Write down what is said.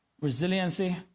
resiliency